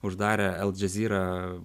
uždarė el džazirą